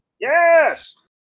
Yes